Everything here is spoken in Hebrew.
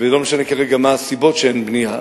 ולא משנה כרגע מה הסיבות שאין בנייה,